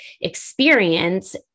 experience